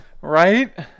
Right